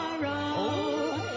tomorrow